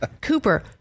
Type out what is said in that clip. Cooper